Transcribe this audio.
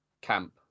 camp